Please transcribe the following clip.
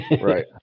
Right